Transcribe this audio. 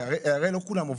הרי לא כולם עובדים,